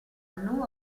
new